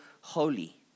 holy